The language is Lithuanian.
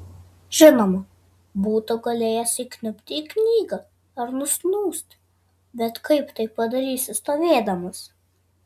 žinoma būtų galėjęs įkniubti į knygą ar nusnūsti bet kaip tai padarysi stovėdamas